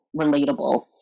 relatable